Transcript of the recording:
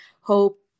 hope